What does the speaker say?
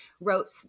wrote